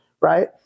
Right